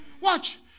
watch